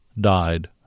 died